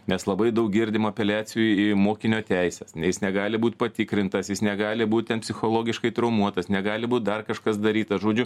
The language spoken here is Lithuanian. nes labai daug girdim apeliacijų į į mokinio teises jis negali būt patikrintas jis negali būt ten psichologiškai traumuotas negali būt dar kažkas daryta žodžiu